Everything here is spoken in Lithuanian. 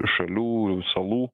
šalių salų